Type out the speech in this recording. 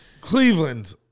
Cleveland